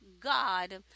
God